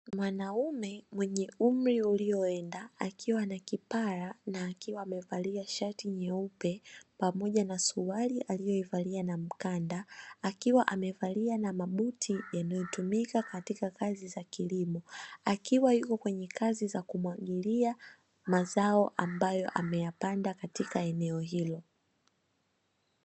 Mwanaume mwenye umri ulioenda, akiwa na kipara, na akiwa amevalia shati nyeupe pamoja na suruali aliyoivalia na mkanda, akiwa amevaa mabuti yanayotumika katika kazi za kilimo, akiwa yuko kwenye kazi za kumwagilia mazao ambayo ameyapanda katika eneo hilo.